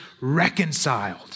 reconciled